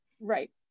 Right